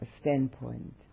standpoint